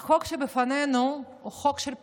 החוק שבפנינו הוא חוק של פחדן,